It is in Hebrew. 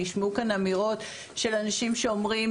נשמעו כאן אמירות של אנשים שאומרים,